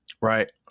Right